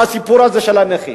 הסיפור הזה של הנכים.